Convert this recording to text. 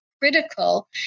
critical